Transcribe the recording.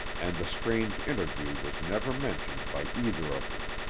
and the strange interview was never mentioned by either of them.